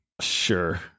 Sure